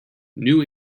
new